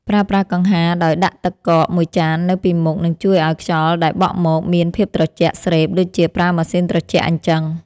ប្រើប្រាស់កង្ហារដោយដាក់ទឹកកកមួយចាននៅពីមុខនឹងជួយឱ្យខ្យល់ដែលបក់មកមានភាពត្រជាក់ស្រេបដូចជាប្រើម៉ាស៊ីនត្រជាក់អញ្ចឹង។